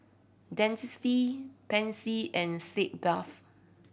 Dentiste Pansy and Sitz Bath